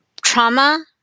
trauma